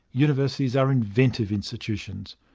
universities are inventive institutions.